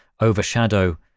overshadow